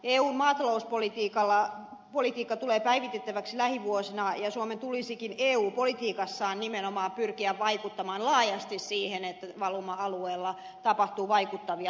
eun maatalouspolitiikka tulee päivitettäväksi lähivuosina ja suomen tulisikin eu politiikassaan nimenomaan pyrkiä vaikuttamaan laajasti siihen että valuma alueilla tapahtuu vaikuttavia toimia